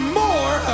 more